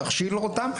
להכשיר אותן,